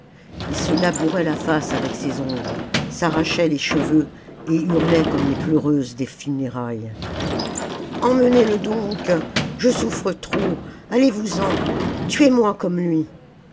ii se labourait la face avec ses ongles s'arrachait les cheveux et hurlait comme les pleureuses des funérailles emmenez'ie donc je souffre trop allezvous en tuez-moi comme lui